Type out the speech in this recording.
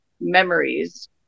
memories